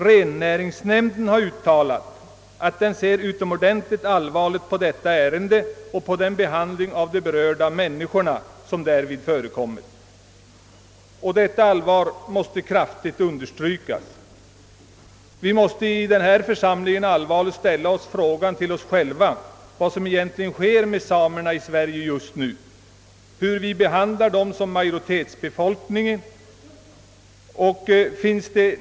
Rennäringsnämnden har uttalat, att den ser utomordentligt allvarligt på detta ärende och på den behandling av de berörda människorna som förekommit. Och detta allvar måste kraftigt understrykas. Vi måste i den här församlingen allvarligt ställa frågan till oss själva vad som egentligen sker med samerna i Sverige just nu, hur vi som majoritetsbefolkning behandlar dem.